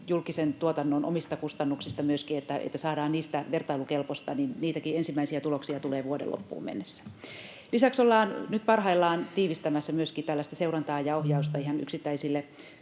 julkisen tuotannon omista kustannuksista, että saadaan niistä vertailukelpoisia. Niitäkin ensimmäisiä tuloksia tulee vuoden loppuun mennessä. Lisäksi ollaan nyt parhaillaan tiivistämässä myöskin tällaista seurantaa ja ohjausta ihan yksittäisille